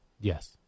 Yes